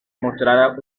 mostrar